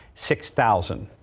six thousand.